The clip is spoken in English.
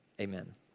Amen